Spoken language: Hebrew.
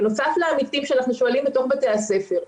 בנוסף לעמיתים שאנחנו שואלים בתוך בתי הספר,